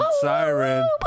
siren